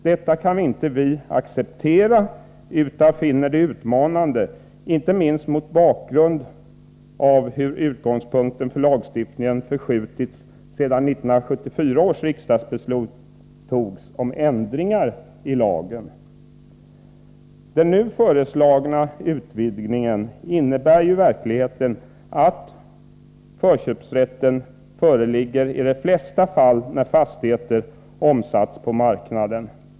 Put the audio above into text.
Detta kan vi inte acceptera utan finner det utmanande, inte minst mot bakgrund av hur utgångspunkten för lagstiftningen förskjutits sedan 1974 års riksdagsbeslut fattades om ändringar i lagen. Den nu föreslagna utvidgningen innebär ju i verkligheten att förköpsrätten föreligger i de flesta fall när fastigheter omsatts på marknaden.